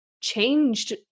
changed